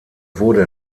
wurde